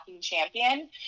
champion